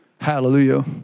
Hallelujah